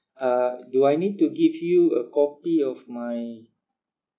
uh do I need to give you a copy of my